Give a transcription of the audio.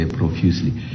profusely